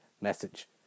message